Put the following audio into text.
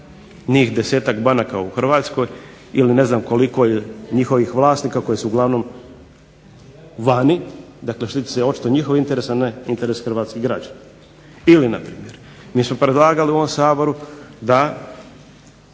njih 10-ak banaka u Hrvatskoj, ili ne znam koliko njihovih vlasnika koji su uglavnom vani, dakle štiti se očito njihov interes, a ne interes hrvatskih građana. Ili npr. mi smo predlagali u ovom Saboru da